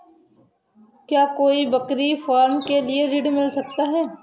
क्या कोई बकरी फार्म के लिए ऋण मिल सकता है?